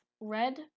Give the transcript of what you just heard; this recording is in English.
red